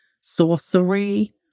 sorcery